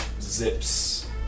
zips